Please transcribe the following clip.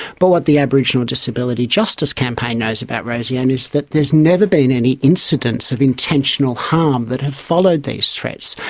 but what the aboriginal disability justice campaign knows about rosie anne and is that there has never been any incidents of intentional harm that have followed these threats.